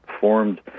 formed